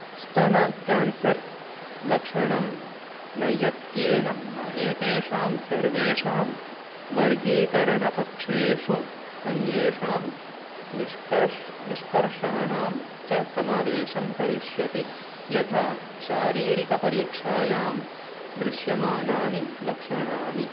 स्त्तन cancer लक्षणं नयत्येन एतेषां सर्वेषां वर्गीकरणपक्षेषु अन्येषां निष्कर्षः निष्कर्षाणां च समावेशं करिष्यति यथा शारीरिकपरीक्षायां दृश्यमानानि लक्षणानि